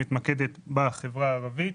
שמתמקדת בחברה הערבית.